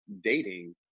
dating